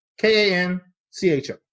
K-A-N-C-H-O